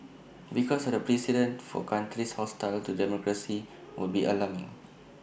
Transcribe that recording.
because the precedent for countries hostile to democracy would be alarming